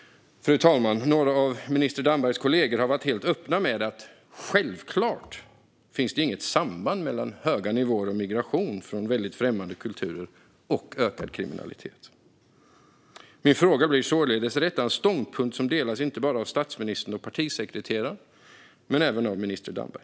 Fru talman! Några av minister Dambergs kollegor har varit helt öppna med att det självklart inte finns något samband mellan höga nivåer av migration från mycket främmande kulturer och ökad kriminalitet. Min fråga blir således: Är detta en ståndpunkt som delas inte bara av statsministern och partisekreteraren utan även av minister Damberg?